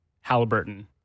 Halliburton